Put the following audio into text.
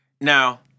Now